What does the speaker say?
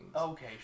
Okay